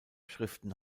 schriften